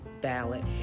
ballot